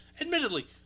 admittedly